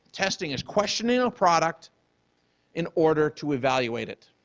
testing is questioning a product in order to evaluate it.